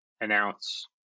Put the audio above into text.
announce